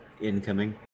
incoming